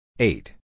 Eight